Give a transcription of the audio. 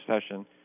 session